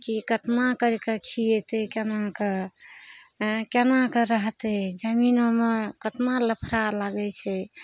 के कतना करि कऽ खियेतइ केना कऽ केना कऽ रहतइ जमीनोमे कतना लफड़ा लागय छै